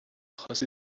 خواستی